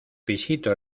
pisito